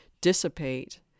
dissipate